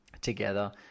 together